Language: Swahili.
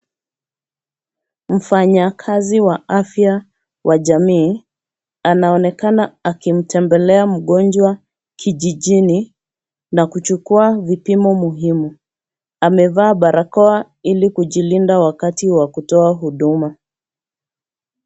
Mfanyakazi wa afya wa jamii anaonekana akimtembelea mgonjwa kijijini na kuchukua vipimo muhimu. Amevaa barakoa ili kujilinda wakati wa kutoa huduma.